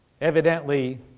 Evidently